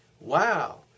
Wow